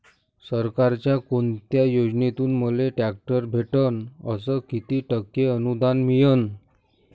सरकारच्या कोनत्या योजनेतून मले ट्रॅक्टर भेटन अस किती टक्के अनुदान मिळन?